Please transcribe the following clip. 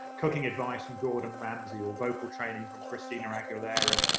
cooking advice from gordon ramsay, or vocal training from christina aguilera.